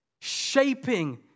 shaping